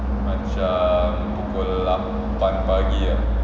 macam pukul lapan pagi ah